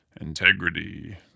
integrity